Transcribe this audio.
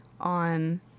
on